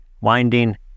winding